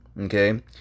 Okay